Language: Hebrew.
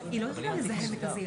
טובים, ברוכים הבאים.